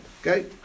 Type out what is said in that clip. okay